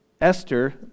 Esther